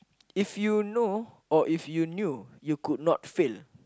if you know or if you knew you could not fail